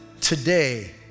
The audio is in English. today